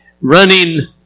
running